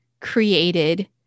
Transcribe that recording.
Created